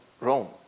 Rome